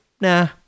nah